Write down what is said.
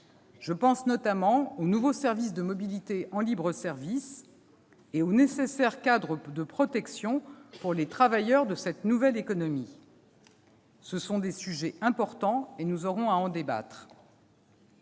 Je pense notamment aux nouveaux services de mobilités en libre-service et au nécessaire cadre de protection pour les travailleurs de cette nouvelle économie. Ce sont des sujets importants, et nous aurons à en débattre.